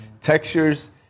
Textures